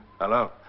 Hello